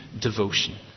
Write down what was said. devotion